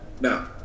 Now